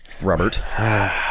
Robert